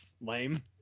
lame